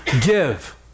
give